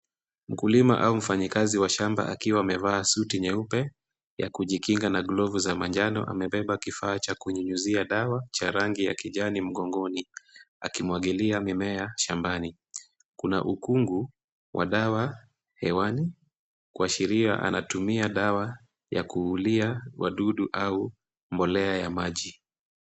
Mkulima au mfanyikazi wa shamba, akiwa amevaa suti nyeupe ya kujikinga, na glovu ya manjano. Amebeba kifaa cha kunyunyizia dawa cha rangi ya kijani, mgongoni, akimwagilia mimea shambani. Kuna ukungu wa dawa hewani, kuashiria anatumia dawa ya kuuliwa wadudu, ama mbolea ya maji.